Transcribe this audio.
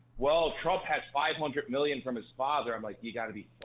well trump has five hundred million from his father. i'm like you gotta beat